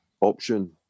option